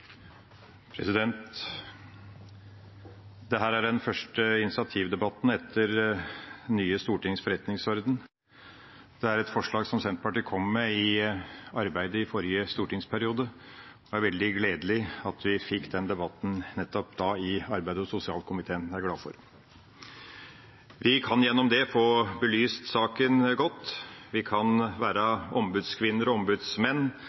den første initiativdebatten etter Stortingets nye forretningsorden. Senterpartiet kom med forslaget til dette i forrige stortingsperiode, og det er veldig gledelig at vi fikk denne debatten i nettopp arbeids- og sosialkomiteen. Det er jeg glad for. Vi kan gjennom dette få belyst saken godt. Vi kan være ombudskvinner og ombudsmenn,